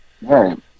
right